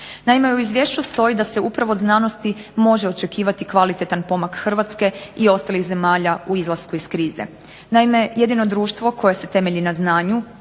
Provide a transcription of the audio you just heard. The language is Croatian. Naime, u izvješću stoji da se upravo od znanosti može očekivati kvalitetan pomak Hrvatske i ostalih zemalja u izlasku iz krize. Naime, jedino društvo koje se temelji na znanju,